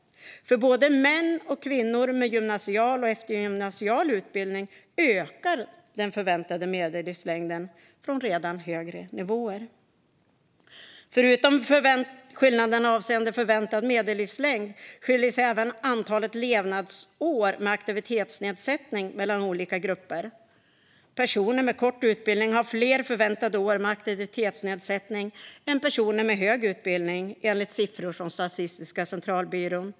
För både män och kvinnor med gymnasial och eftergymnasial utbildning ökar den förväntade medellivslängden, från redan högre nivåer. Förutom skillnaderna avseende förväntad medellivslängd skiljer sig även antalet levnadsår med aktivitetsnedsättning mellan olika grupper. Personer med kort utbildning har fler förväntade år med aktivitetsnedsättning än personer med hög utbildning, enligt siffror från Statistiska centralbyrån.